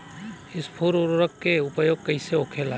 स्फुर उर्वरक के उपयोग कईसे होखेला?